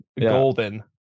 Golden